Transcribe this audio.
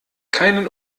keinen